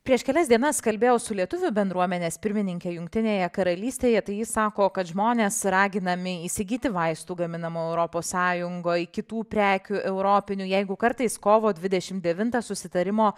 prieš kelias dienas kalbėjau su lietuvių bendruomenės pirmininke jungtinėje karalystėje tai ji sako kad žmonės raginami įsigyti vaistų gaminamų europos sąjungoj kitų prekių europinių jeigu kartais kovo dvidešim devintą susitarimo